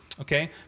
okay